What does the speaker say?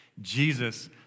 Jesus